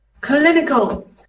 clinical